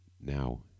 Now